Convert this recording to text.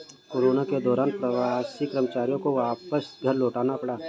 corona के दौरान प्रवासी कर्मचारियों को वापस घर लौटना पड़ा